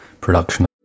production